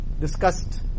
discussed